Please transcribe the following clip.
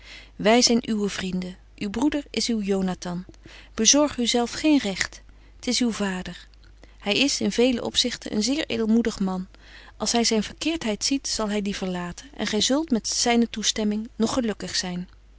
wy zyn uwe vrienden uw broeder is uw jonathan bezorg u zelf geen recht t is uw vader hy is in velen opzichte een zeer edelmoedig man als hy zyn verkeertheid ziet zal hy die verlaten en gy zult met zyne toestemming nog gelukkig zyn